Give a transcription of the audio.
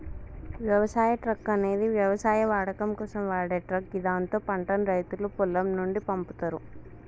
వ్యవసాయ ట్రక్ అనేది వ్యవసాయ వాడకం కోసం వాడే ట్రక్ గిదాంతో పంటను రైతులు పొలం నుండి పంపుతరు